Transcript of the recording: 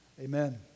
amen